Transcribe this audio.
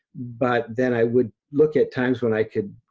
but then i would look at times when i could